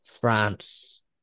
France